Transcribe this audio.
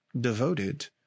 devoted